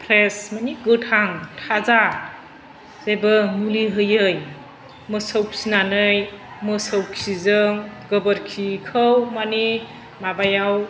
fresh मानि गोथां थाजा जेबो मुलि होयै मोसौ फिनानै मोसौ खिजों गोबोरखिखौ मानि माबायाव